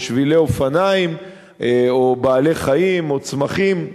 או שבילי אופניים או בעלי-חיים או צמחים,